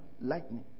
lightning